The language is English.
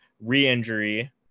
re-injury